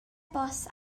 bost